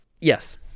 Yes